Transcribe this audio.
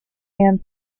and